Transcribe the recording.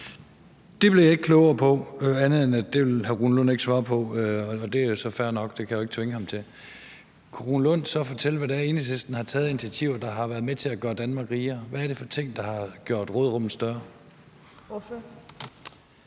Det blev jeg ikke klogere af ud over at konstatere, at det ville hr. Rune Lund ikke svare på. Det er så fair nok, det kan jeg jo ikke tvinge ham til. Kunne hr. Rune Lund så fortælle, hvad det er, Enhedslisten har taget af initiativer, der har været med til at gøre Danmark rigere? Hvad er det for nogle ting, der har gjort råderummet større?